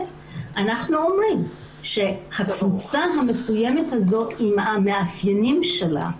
אנחנו אומרים שהקבוצה המסוימת הזאת עם המאפיינים שלה,